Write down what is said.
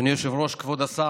אדוני היושב-ראש, כבוד השר,